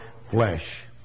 flesh